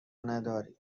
نداری